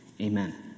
Amen